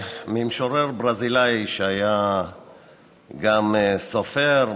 ממשורר ברזילאי שהיה גם סופר,